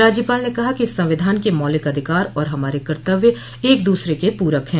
राज्यपाल ने कहा कि संविधान के मौलिक अधिकार और हमारे कर्तव्य एक दूसरे के पूरक है